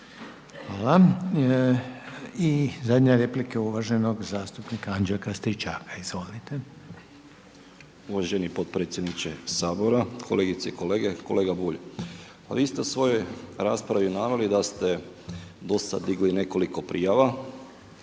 Hvala. I zadnja replika uvaženog zastupnika Anđelka Stričaka. Izvolite. **Stričak, Anđelko (HDZ)** Uvaženi potpredsjedniče Sabora, kolegice i kolege. Kolega Bulj. Pa vi ste u svojoj raspravi naveli da ste do sada digli nekoliko prijava